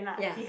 ya